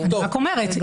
אני רק אומרת.